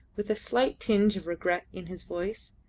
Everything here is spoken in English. with a slight tinge of regret in his voice.